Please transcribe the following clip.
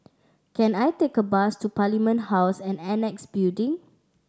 can I take a bus to Parliament House and Annexe Building